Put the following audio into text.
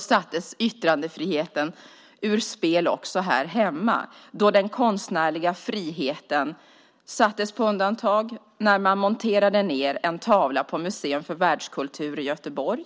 sattes yttrandefriheten ur spel också här hemma då den konstnärliga friheten sattes på undantag när man monterade ned en tavla på Museum för världskultur i Göteborg.